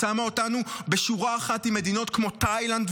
שמה אותנו בשורה אחת עם מדינות כמו תאילנד,